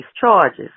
charges